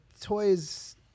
toys